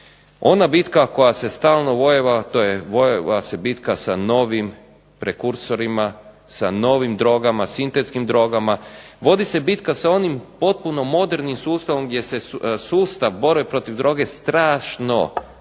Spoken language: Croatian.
Ona bitka koja se stalno vojeva, vojeva se bitka sa novim prekursorima, sa novim drogama, sintetskim drogama, vodi se bitka sa onim potpuno modernim sustavom gdje se sustav borbe protiv droge strašno